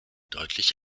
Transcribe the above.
deutlich